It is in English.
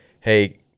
Hey